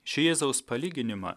šį jėzaus palyginimą